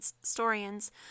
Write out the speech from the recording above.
historians